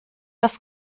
das